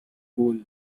hole